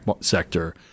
sector